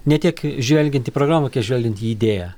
ne tiek žvelgiant į programą žvelgiant į idėją